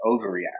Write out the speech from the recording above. overreact